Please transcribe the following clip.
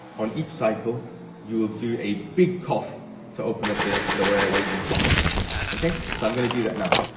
on each cycle you will do a big cough to open up the lower airways and cough up anything ok, so i'm going to do that now.